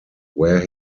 where